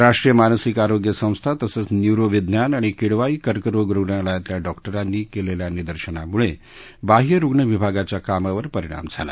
राष्ट्रीय मानसिक आरोग्य संस्था तसंच न्यूरो विज्ञान आणि किडवाई कर्करोग रुगणालयातल्या डॉक्टरांनी कलिल्या निदर्शनामुळबिह्य रुग्ण विभागाच्या कामावर परिणाम झाला